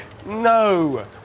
No